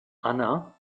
anna